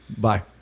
bye